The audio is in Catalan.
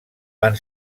van